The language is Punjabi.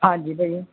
ਹਾਂਜੀ ਭਾਅ ਜੀ